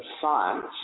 science